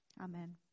Amen